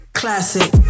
classic